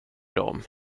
dem